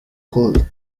code